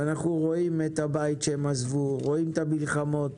ואנו רואים את הבית שהם עזבו, את המלחמות